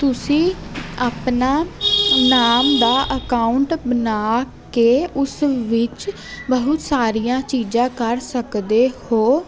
ਤੁਸੀਂ ਆਪਣਾ ਨਾਮ ਦਾ ਅਕਾਊਟ ਬਣਾ ਕੇ ਉਸ ਵਿੱਚ ਬਹੁਤ ਸਾਰੀਆਂ ਚੀਜ਼ਾਂ ਕਰ ਸਕਦੇ ਹੋ